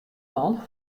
man